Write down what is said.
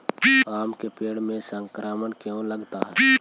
आम के पेड़ में संक्रमण क्यों लगता है?